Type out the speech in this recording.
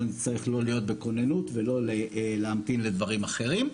נצטרך לא להיות בכוננות ולא להמתין לדברים אחרים.